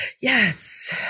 yes